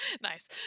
nice